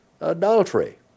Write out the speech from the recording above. adultery